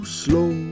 slow